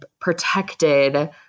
protected